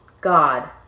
God